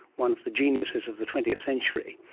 one of the geniuses of the twentieth century,